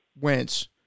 Wentz